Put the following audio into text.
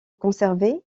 conservé